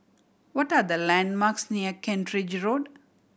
what are the landmarks near Kent Ridge Road